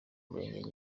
umurego